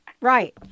Right